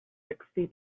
sixty